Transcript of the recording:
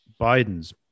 Biden's